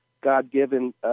God-given